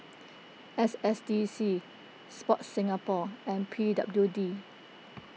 S S D C Sport Singapore and P W D